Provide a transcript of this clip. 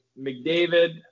McDavid